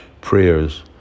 prayers